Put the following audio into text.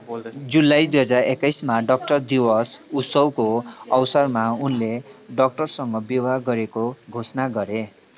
जुलाई दुई हजार एक्काइसमा डाक्टर दिवस उत्सवको अवसरमा उनले डाक्टरसँग विवाह गरेको घोषणा गरे